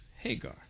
Hagar